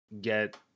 get